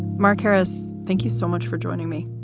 mark harris, thank you so much for joining me.